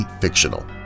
fictional